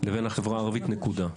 לבין החברה הערבית, נקודה.